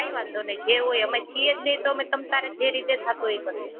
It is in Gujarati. કાંઈ વાંધો નહીં જે હોય અમે છીએ જ નહીં તો અમે તમે તમારે જે રીતે થતું હોય એ કરજો